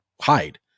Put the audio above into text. hide